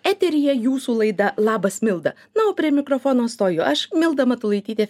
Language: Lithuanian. eteryje jūsų laida labas milda na o prie mikrofono stojo aš milda matulaitytė